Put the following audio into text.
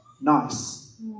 nice